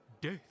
death